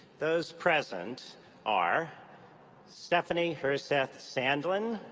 those present are stephanie herseth sandlin,